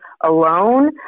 alone